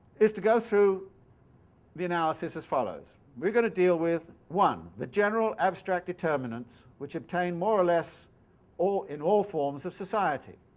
is to go through the analysis as follows we're going to deal with one the general abstract determinants which obtain more or less in all forms of society.